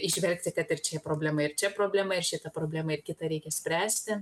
įžvelgti kad ir čia problema ir čia problema ir šitą problemą ir kitą reikia spręsti